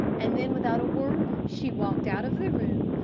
and then without a word she walked out of the room,